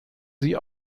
sie